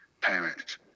parents